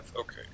Okay